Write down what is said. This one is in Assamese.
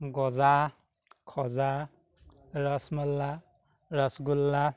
গজা খজা ৰসমলাই ৰসগোল্লা